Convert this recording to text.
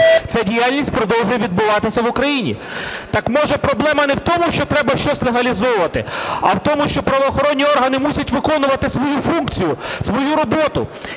ця діяльність продовжує відбуватися в Україні? Так, може, проблема не в тому, що треба щось легалізовувати, а в тому, що правоохоронні органи мусять виконувати свою функцію, свою роботу?